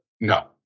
no